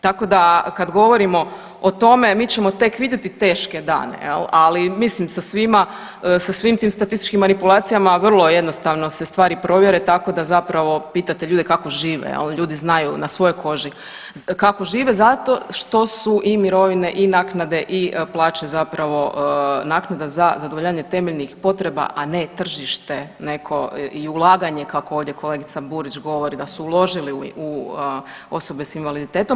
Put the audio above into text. Tako da, kad govorimo o tome, mi ćemo tek vidjeti teške dane, je li, ali mislim sa svima, sa svim tim statističkim manipulacijama, vrlo jednostavno se stvari provjere, tako da zapravo pitate ljude kako žive, je li, ljudi znaju na svojoj koži kako žive zato što su i mirovine i naknade i plaće zapravo naknada za zadovoljenje temeljnih potreba, a ne tržište neko i ulaganje, kako ovdje kolegica Burić govori, da su uložili u osobe s invaliditetom.